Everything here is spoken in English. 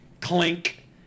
Clink